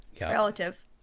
Relative